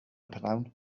prynhawn